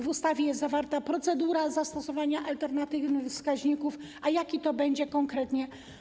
W ustawie jest ujęta procedura zastosowania alternatywnych wskaźników, a jaki to będzie konkretnie.